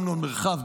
אמנון מרחב,